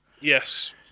Yes